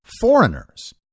foreigners